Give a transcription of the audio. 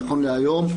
נכון להיום,